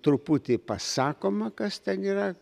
truputį pasakoma kas ten yra